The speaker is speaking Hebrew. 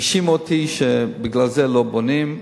האשימו אותי שבגלל זה לא בונים,